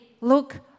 look